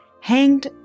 hanged